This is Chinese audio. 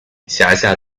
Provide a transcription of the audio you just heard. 辖下